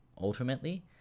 ultimately